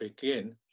begin